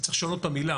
צריך לשנות את המילה,